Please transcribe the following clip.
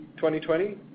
2020